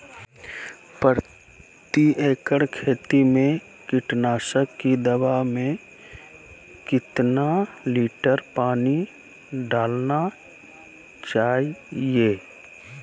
प्रति एकड़ खेती में कीटनाशक की दवा में कितना लीटर पानी डालना चाइए?